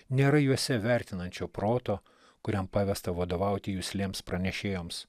nėra juose vertinančio proto kuriam pavesta vadovauti juslėms pranešėjoms